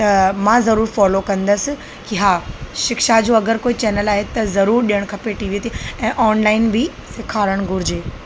त मां ज़रूरु फॉलो कंदसि की हा शिक्षा जो अगरि कोई चैनल आहे त ज़रूरु ॾियणु खपे टीवीअ ते ऐं ऑनलाइन बि सेखारणु घुरिजे